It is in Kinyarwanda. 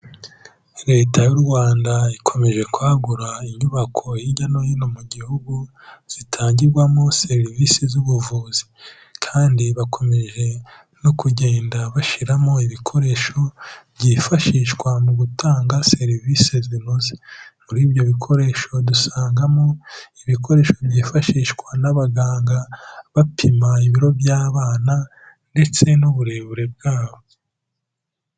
Leta y'u Rwanda ikomeje kwagura inyubako hirya no hino mu gihugu, zitangirwamo serivisi z'ubuvuzi kandi bakomeje no kugenda bashiramo ibikoresho byifashishwa mu gutanga serivisi zinoze. Muri ibyo bikoresho dusangamo, ibikoresho byifashishwa n'abaganga bapima ibiro by'abana ndetse n'uburebure bwabo.